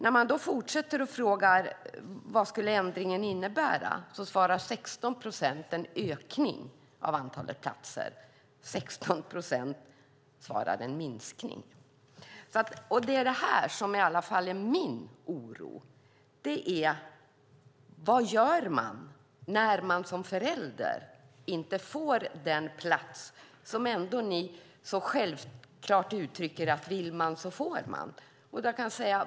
När man då fortsatte att fråga vad ändringen skulle innebära svarade 16 procent en ökning av antalet platser och 16 procent svarade en minskning. Det är det här som i alla fall min oro gäller: Vad gör man när man som förälder ändå inte får den plats som ni så självklart uttrycker att man får om man vill?